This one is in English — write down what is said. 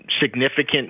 significant